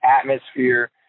atmosphere